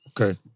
Okay